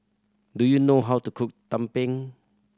do you know how to cook tumpeng